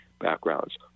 backgrounds